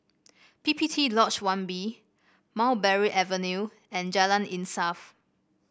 P P T Lodge One B Mulberry Avenue and Jalan Insaf